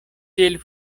tiel